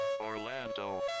Orlando